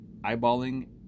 eyeballing